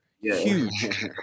huge